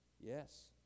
Yes